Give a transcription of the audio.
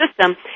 system